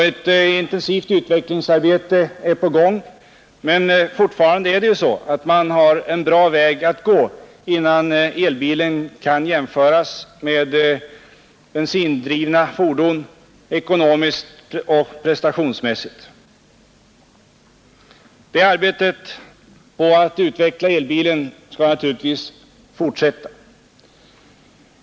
Ett intensivt utvecklingsarbete är på gång, men fortfarande har man en lång väg att gå innan elbilen kan jämföras med bensindrivna fordon såväl ekonomiskt som prestationsmässigt. Arbetet på att utveckla elbilen skall naturligtvis fortsättas.